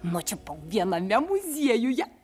nučiupau viename muziejuje